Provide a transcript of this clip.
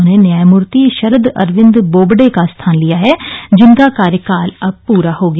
उन्होंने न्यायमूर्ति शरद अरविंद बोबडे का स्थान लिया है जिनका कार्यकाल कल पूरा हो गया